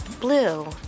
blue